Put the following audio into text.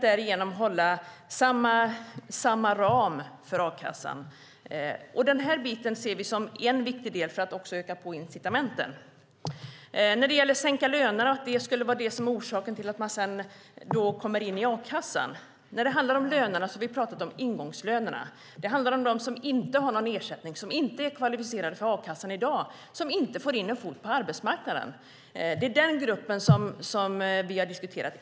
Därigenom hålls samma ram för a-kassan. Den här delen är viktig för att öka incitamenten. Sedan var det frågan om att sänka lönerna. Det skulle vara orsaken att man sedan kommer in i a-kassan. Vi har pratat om ingångslönerna. Det handlar om dem som inte har någon ersättning, som inte är kvalificerade för a-kassan i dag, som inte får in en fot på arbetsmarknaden. Det är den gruppen som vi har diskuterat.